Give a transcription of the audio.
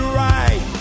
right